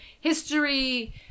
history